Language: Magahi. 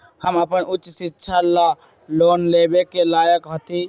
हम अपन उच्च शिक्षा ला लोन लेवे के लायक हती?